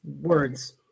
words